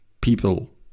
people